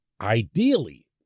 Ideally